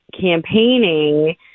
campaigning